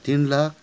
तिन लाख